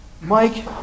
Mike